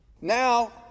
now